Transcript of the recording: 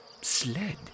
sled